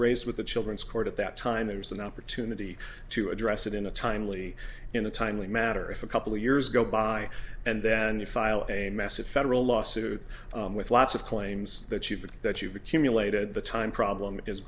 raised with the children's court at that time there's an opportunity to address it in a timely in a timely matter if a couple of years go by and then you file a massive federal lawsuit with lots of claims that you feel that you've accumulated the time problem is